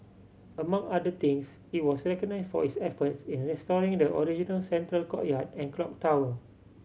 among other things it was recognised for its efforts in restoring the original central courtyard and clock tower